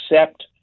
accept